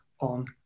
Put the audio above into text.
on